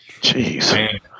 Jeez